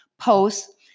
posts